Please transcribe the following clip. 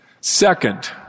Second